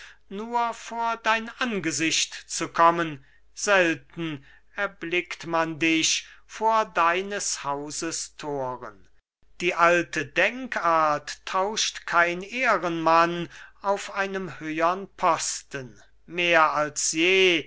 nur vor dein angesicht zu kommen selten erblickt man dich vor deines hauses thoren die alte denkart tauscht kein ehrenmann auf einem höhern posten mehr als je